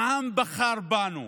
העם בחר בנו,